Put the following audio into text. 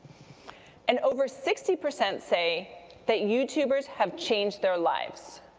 and over sixty percent say that youtubeers have changed their lives.